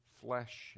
flesh